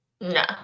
No